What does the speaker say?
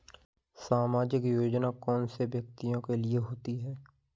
सामाजिक योजना कौन से व्यक्तियों के लिए होती है?